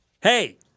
Hey